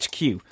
HQ